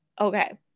Okay